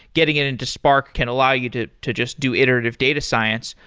getting it into spark can allow you to to just do iterative data science.